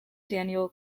daniel